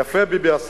יפה עשה ביבי,